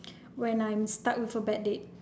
when I'm stuck with a bad date